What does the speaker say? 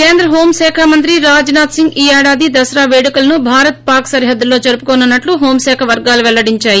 కేంద్ర హోం శాఖ మంత్రి రాజ్నాధ్ సింగ్ ఈ ఏడాది దసరా పేడుకలను భారత్ పాక్ సరిహద్గులో జరుపుకోనున్నట్లు హోంశాఖ వర్గాలు పెల్లడించాయి